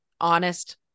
honest